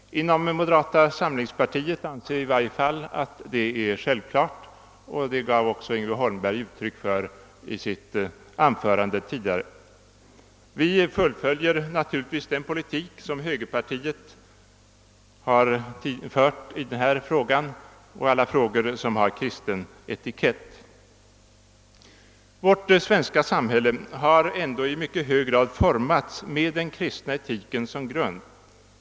Inom moderata samlingspartiet anser vi att detta är självklart, och det gav också Yngve Holmberg uttryck för i sitt anförande tidigare i dag. Vi fullföljer naturligtvis den politik som högerpartiet fört i alla frågor som har kristen etikett. Vårt svenska samhälle har ändå i mycket hög grad formats med den kristna etiken som grund.